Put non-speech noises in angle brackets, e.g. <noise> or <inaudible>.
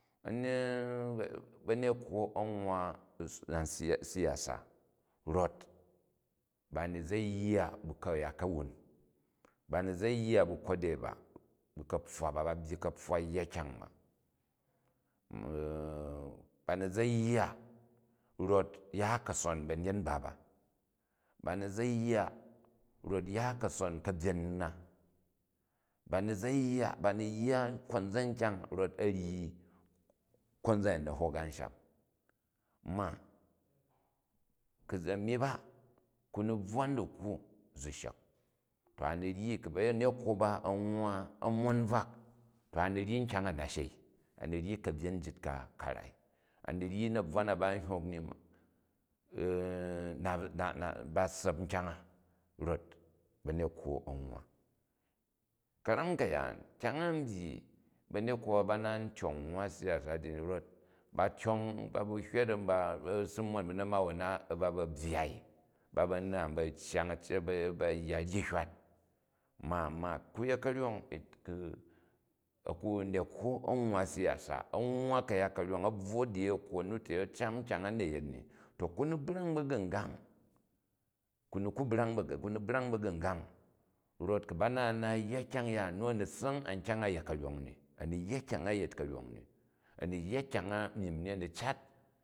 Banekwo a̱ nwwa a siyasa rot ba ni za̱ ya ka̱yat kaweni, bani za̱ yya ba kode ba, bu ka̱pfwa ba, ba byyi kapfwa yya kyang ba. <hesitation> bani za̱ yya rot ya ka̱son ba̱nyet mba ba, ba ni za̱ yya rot ya ka̱son ba̱nyet mba ba, ba ni za̱ yya rot ya ka̱son ka̱byen ma, bani za̱ yya, ba ni yya konzan kyang rot a̱ ryi konzan a̱yin na̱ hok anshau. Ma ku zi ami ba kumi bvwan dikwa zi shek t a ni ryi ku̱ banekwo ba an nwwa, a̱ nwon bvak to a ni ryi nkyang a na shei, a ni ryi ka̱byen njit ka, ka nai, a ni ryi na̱bvwa na ba n hyok ni <hesitation> ba ssap nkyang a rot ba̱nekwo an nwwa ka̱ra̱m ka̱yaan, kyang a n byyi ba̱nekwo ba, ba na n tgong nwwa siyasa ji ni rot ba tyang babu hywa da mba ba bu si mon bu namawon na ba ba̱ byyai, ba na n ba̱ cyang a̱ bo yya ryi jywat. Ma ku yet ka̱ryong ku a̱ne kwo a̱ nwwa siyasa, a̱ nwwa ka̱yat ka̱nyong, a̱ bvwo dinekwo nu li, a̱ cam kyang a na̱ yet ni, to ku ni brang ba̱gu̱ngang, ku ku brang, ku ni brang ba̱gʉngang, rot ku ba na n naat yya kyang yaan, nu, a ni ssa̱ng a kyan a yet ka̱ryong ni, a̱ ni yya kyang a yet ka̱ryang ni, a̱ ni yya kyang a niji m ni, a̱ ni cat